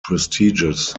prestigious